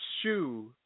shoe